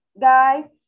guy